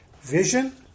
vision